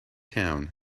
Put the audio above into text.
town